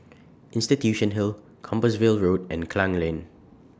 Institution Hill Compassvale Road and Klang Lane